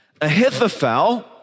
Ahithophel